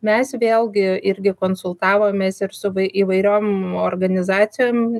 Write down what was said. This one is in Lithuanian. mes vėlgi irgi konsultavomės ir su vai įvairiom organizacijom